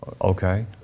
okay